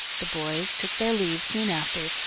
the boys took their leave soon after,